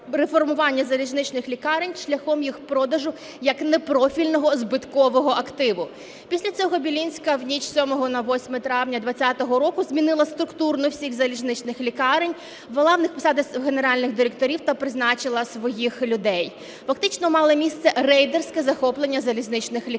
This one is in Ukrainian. реформування залізничних лікарень шляхом їх продажу як непрофільного збиткового активу. Після цього Білинська в ніч з 7 на 8 травня 2020 року змінила структуру всіх залізничних лікарень, ввела в них посади генеральних директорів та призначила своїх людей. Фактично мало місце рейдерське захоплення залізничних лікарень,